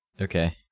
Okay